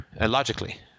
Logically